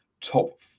top